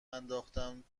انداختم